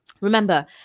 Remember